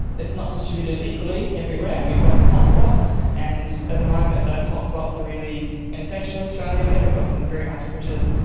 it is not distributed equally everywhere. and we've got some hotspots, and at the moment those hotspots are really in central australia there we've got some very high temperatures,